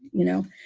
you know.